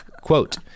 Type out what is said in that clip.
Quote